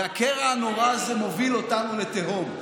והקרע הנורא הזה מוביל אותנו לתהום.